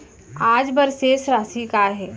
आज बर शेष राशि का हे?